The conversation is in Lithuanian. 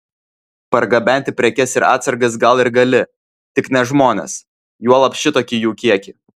pergabenti prekes ir atsargas gal ir gali tik ne žmones juolab šitokį jų kiekį